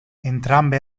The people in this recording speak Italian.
entrambe